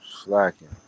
Slacking